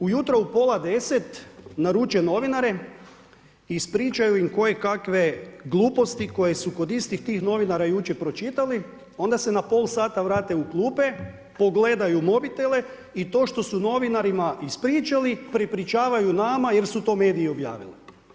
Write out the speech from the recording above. Ujutro u pola 10 naruče novinare i ispričaju im koje kakve gluposti, koji su kod istih tih novinara jučer pročitali, onda se na pol sata vrate u klupe, pogledaju u mobitele i to što su novinarima ispričali, prepričavaju nama, jer su to mediji objavili.